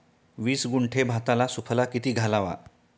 वीस गुंठे भाताला सुफला किती घालावा?